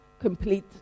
complete